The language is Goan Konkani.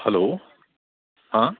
हॅलो हां